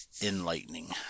enlightening